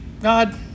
God